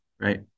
Right